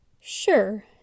Sure